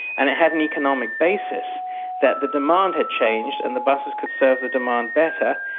and it had an economic basis that the demand had changed and the buses could serve the demand better.